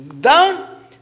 down